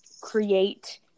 create